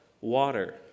water